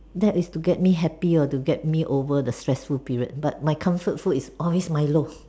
that is to get me happy or to get me over the stressful period but my comfort food is always Milo